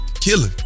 killing